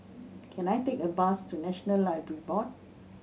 can I take a bus to National Library Board